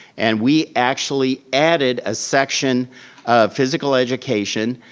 and we actually added a section of physical education,